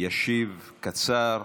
ישיב קצר,